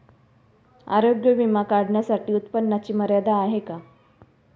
आरोग्य विमा काढण्यासाठी उत्पन्नाची मर्यादा आहे का?